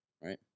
Right